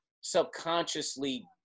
subconsciously